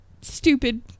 stupid